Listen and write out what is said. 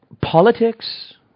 Politics